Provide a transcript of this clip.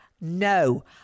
no